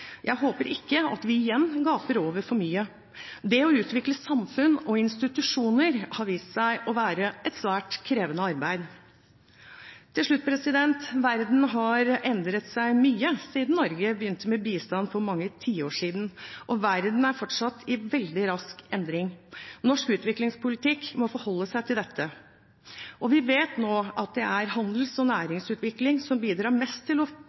Jeg håper ikke at vi igjen gaper over for mye. Det å utvikle samfunn og institusjoner har vist seg å være et svært krevende arbeid. Til slutt: Verden har endret seg mye siden Norge begynte med bistand for mange tiår siden, og verden er fortsatt i veldig rask endring. Norsk utviklingspolitikk må forholde seg til dette. Vi vet nå at det er handels- og næringsutvikling som bidrar mest til